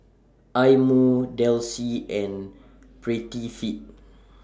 Eye Mo Delsey and Prettyfit